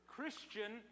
Christian